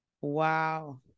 Wow